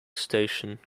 station